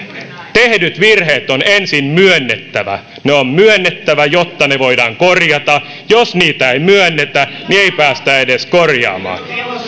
tehdyt virheet on ensin myönnettävä ne on myönnettävä jotta ne voidaan korjata jos niitä ei myönnetä niin ei päästä edes korjaamaan